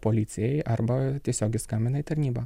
policijai arba tiesiogiai skambina į tarnybą